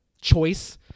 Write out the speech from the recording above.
choice